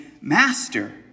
master